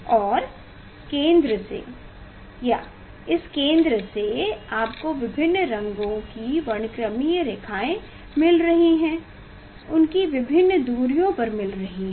और केंद्र से इस केंद्र से आपको विभिन्न रंगों की वर्णक्रमीय रेखाएँ मिल रही हैं विभिन्न दूरियों पर मिल रही हैं